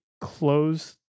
close